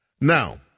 Now